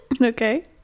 okay